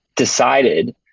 decided